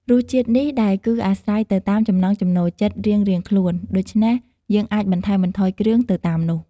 រសជាតិនេះដែរគឺអាស្រ័យទៅតាមចំណង់ចំណូលចិត្តរៀងៗខ្លួន ដូច្នេះ យើងអាចបន្ថែមបន្ថយគ្រឿងទៅតាមនោះ។